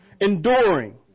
enduring